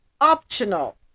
optional